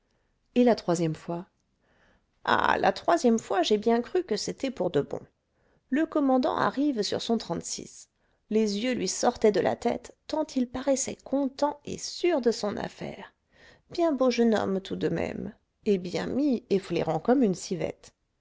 et la troisième fois ah la troisième fois j'ai bien cru que c'était pour de bon le commandant arrive sur son trente-six les yeux lui sortaient de la tête tant il paraissait content et sûr de son affaire bien beau jeune homme tout de même et bien mis et flairant comme une civette